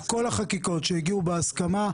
כל החקיקות שהגיעו בהסכמה,